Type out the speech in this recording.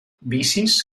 vicis